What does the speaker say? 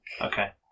Okay